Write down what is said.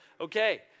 Okay